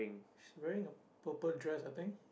she's wearing a purple dress I think